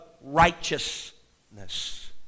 righteousness